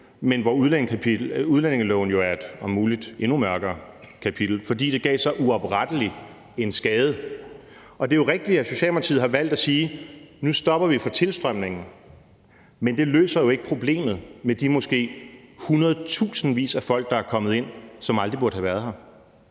men hvor udlændingeloven jo er et om muligt endnu mørkere kapitel, fordi det gjorde en så uoprettelig skade. Det er jo rigtigt, at Socialdemokratiet har valgt at sige, at man nu stopper for tilstrømningen, men det løser jo ikke problemet med de måske hundredtusindvis af folk, der er kommet herind, som aldrig burde have været her.